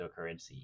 cryptocurrency